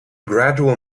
gradual